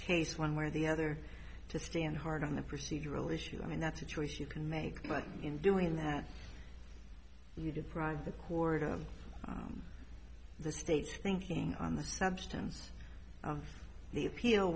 case one way or the other to stand hard on the procedural issue i mean that's a choice you can make but in doing that you deprive the quarter of the state's thinking on the substance of the appeal